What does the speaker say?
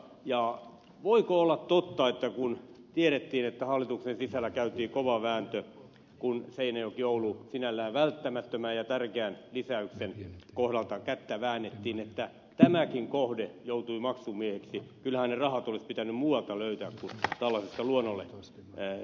ja voiko olla totta kun tiedettiin että hallituksen sisällä käytiin kova vääntö kun seinäjokioulu radan sinällään välttämättömän ja tärkeän lisäyksen kohdalta kättä väännettiin että tämäkin kohde joutui maksumieheksi kylään eroaa tulkiten muoto löytää kartalle luonnolle ei